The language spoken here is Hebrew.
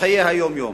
בחיי היום-יום.